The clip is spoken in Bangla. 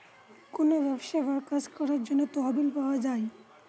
কোনো ব্যবসা বা কাজ করার জন্য তহবিল পাওয়া যায়